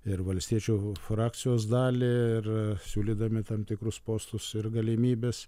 ir valstiečių frakcijos dalį ir siūlydami tam tikrus postus ir galimybes